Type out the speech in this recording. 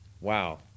Wow